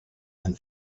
and